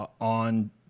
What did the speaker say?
on